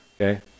Okay